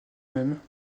même